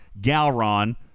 Galron